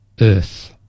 Earth